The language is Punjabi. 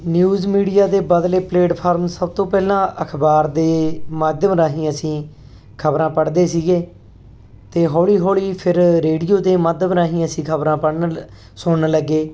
ਨਿਊਜ਼ ਮੀਡੀਆ ਦੇ ਬਦਲੇ ਪਲੇਟਫਾਰਮ ਸਭ ਤੋਂ ਪਹਿਲਾਂ ਅਖਬਾਰ ਦੇ ਮਾਧਿਅਮ ਰਾਹੀਂ ਅਸੀਂ ਖਬਰਾਂ ਪੜ੍ਹਦੇ ਸੀਗੇ ਤੇ ਹੌਲੀ ਹੌਲੀ ਫਿਰ ਰੇਡੀਓ ਦੇ ਮਾਧਵ ਰਾਹੀਂ ਅਸੀਂ ਖਬਰਾਂ ਪੜ੍ਹਨ ਸੁਣਨ ਲੱਗੇ